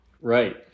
Right